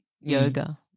yoga